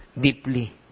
Deeply